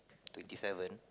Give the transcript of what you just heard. twenty seven